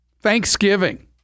Thanksgiving